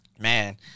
man